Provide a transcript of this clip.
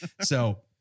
So-